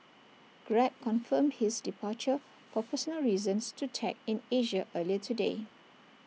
grab confirmed his departure for personal reasons to tech in Asia earlier today